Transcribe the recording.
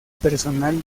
personal